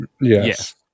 Yes